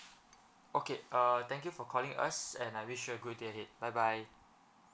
okay uh thank you for calling us and I wish you a good day ahead bye bye